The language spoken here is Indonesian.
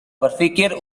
berfikir